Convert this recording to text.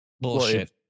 Bullshit